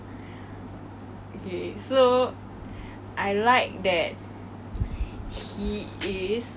他会放放他自己的身份下来 to help other people